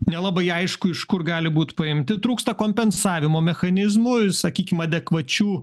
nelabai aišku iš kur gali būt paimti trūksta kompensavimo mechanizmų sakykime adekvačių